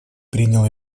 принял